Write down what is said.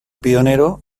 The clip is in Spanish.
pionero